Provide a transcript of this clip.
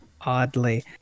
oddly